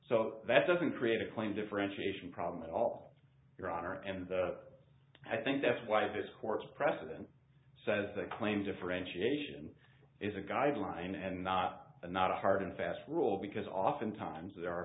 so that doesn't create a claim differentiation problem at all your honor and i think that's why this court's precedent says that claim differentiation is a guideline and not a not a hard and fast rule because often times there are